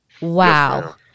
Wow